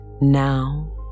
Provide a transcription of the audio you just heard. now